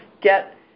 get